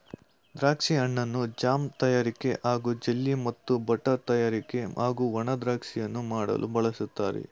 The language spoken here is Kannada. ದ್ರಾಕ್ಷಿ ಹಣ್ಣನ್ನು ಜಾಮ್ ತಯಾರಿಕೆ ಹಾಗೂ ಜೆಲ್ಲಿ ಮತ್ತು ಬಟರ್ ತಯಾರಿಕೆ ಹಾಗೂ ಒಣ ದ್ರಾಕ್ಷಿಗಳನ್ನು ಮಾಡಲು ಬಳಸ್ತಾರೆ